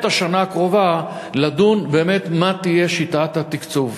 את השנה הקרובה לדון באמת בשיטת התקצוב.